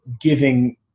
giving